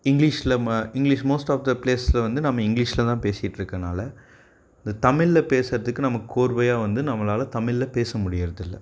இங்கிலிஷில் ம English most of the ப்ளேஸில் வந்து நம்ம இங்கிலிஷில் தான் பேசிட்டுருக்குறனால இந்த தமிழில் பேசுகிறதுக்கு நமக்கு கோர்வையாக வந்து நம்மளால் தமிழில் பேச முடியுறது இல்லை